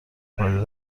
پایدار